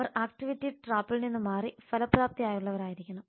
അവർ activity ട്രാപ്പിൽ നിന്ന് മാറി ഫലപ്രാപ്തിയുള്ളവരായിരിക്കണം